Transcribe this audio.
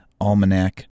Almanac